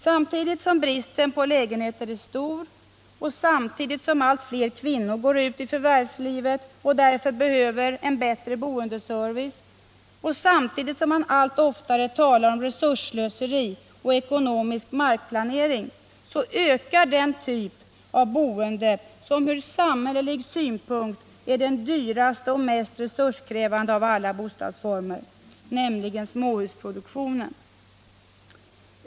Samtidigt som bristen på lägenheter är stor, samtidigt som allt fler kvinnor går ut i förvärvslivet och därför behöver en bättre boendeservice och samtidigt som man allt oftare talar om resursslöseri och ekonomisk markplanering, så ökar den typ av boende som ur samhällelig synpunkt är den dyraste och mest resurskrävande av alla bostadsformer, nämligen småhusproduktionen.